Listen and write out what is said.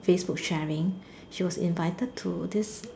Facebook sharing she was invited to this